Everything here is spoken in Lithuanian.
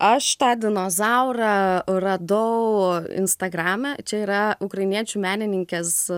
aš tą dinozaurą radau instagrame čia yra ukrainiečių menininkės